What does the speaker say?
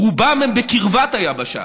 רובן בקרבת היבשה.